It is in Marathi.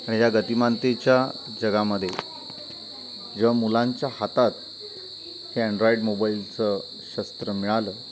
आणि या गतिमानतेच्या जगामध्ये जेव्हा मुलांच्या हातात हे अँड्रॉईड मोबाईलचं शस्त्र मिळालं